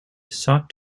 sought